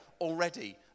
already